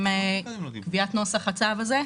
לפני קביעת נוסח הצו.